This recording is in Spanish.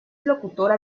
locutora